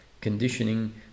Conditioning